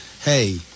hey